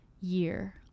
year